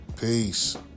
peace